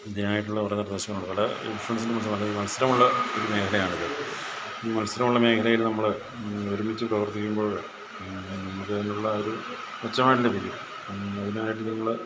ഇതിനായിട്ടുള്ള കുറേ നിർദ്ദേശങ്ങളുണ്ട് പല ഇൻഷുറൻസിനെക്കുറിച്ച് പറഞ്ഞാൽ മത്സരമുള്ള ഒരു മേഖലയാണിത് ഈ മത്സരമുള്ള മേഖലയിൽ നമ്മൾ ഒരുമിച്ച് പ്രവർത്തിക്കുമ്പോൾ നമ്മൾക്കതിനുള്ള ഒരു മെച്ചമായിട്ട് ലഭിക്കും അതിനായിട്ട് നിങ്ങൾ